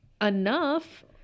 enough